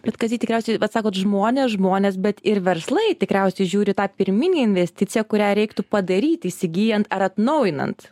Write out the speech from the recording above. bet kad ji tikriausiai vat sakot žmonės žmonės bet ir verslai tikriausiai žiūri į tą pirminį investiciją kurią reiktų padaryt įsigyjant ar atnaujinant